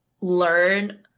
learn